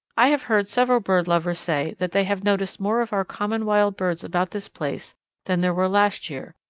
i have heard several bird lovers say that they have noticed more of our common wild birds about this place than there were last year,